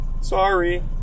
Sorry